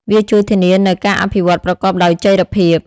វាជួយធានានូវការអភិវឌ្ឍប្រកបដោយចីរភាព។